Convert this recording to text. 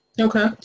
okay